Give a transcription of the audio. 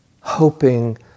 hoping